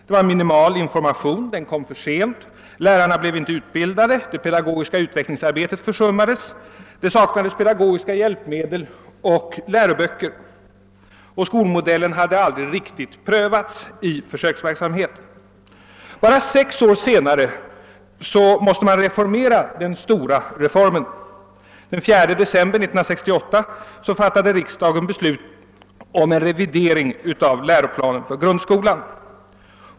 Det gavs minimal information och den kom för sent, lärarna blev inte utbildade, det pedagogiska utvecklingsarbetet försummades, det saknades pedagogiska hjälpmedel och läroböcker, och skolmodellen hade aldrig riktigt prövats i försöksverksamhet. Bara sex år senare måste man reformera den stora reformen. Den 4 december 1968 fattade riksdagen beslut om en revidering av läroplanen för grundskolan.